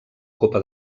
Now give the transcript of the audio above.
copa